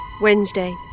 Wednesday